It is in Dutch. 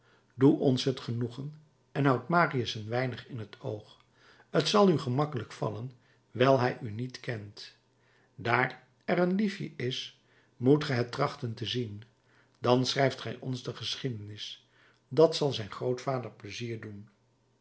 doe ons het genoegen en houd marius een weinig in t oog t zal u gemakkelijk vallen wijl hij u niet kent daar er een liefje is moet ge het trachten te zien dan schrijft gij ons de geschiedenis dat zal zijn grootvader pleizier doen